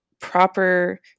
proper